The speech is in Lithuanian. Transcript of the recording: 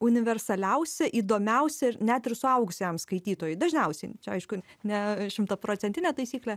universaliausia įdomiausia ir net ir suaugusiam skaitytojui dažniausiai aišku ne šimtaprocentinė taisyklė